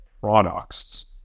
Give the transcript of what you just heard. products